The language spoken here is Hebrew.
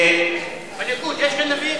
בליכוד יש גנבים?